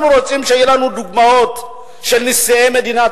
אנחנו רוצים שיהיו לנו דוגמאות של נשיאי מדינת